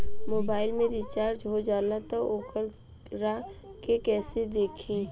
Mobile में recharge हो जाला त वोकरा के कइसे देखी?